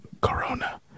Corona